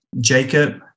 jacob